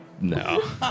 no